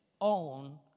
own